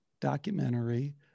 documentary